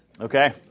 Okay